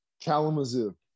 Kalamazoo